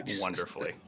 wonderfully